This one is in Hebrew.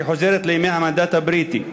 שחוזרת לימי המנדט הבריטי,